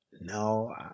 no